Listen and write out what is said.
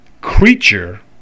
creature